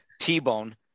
T-Bone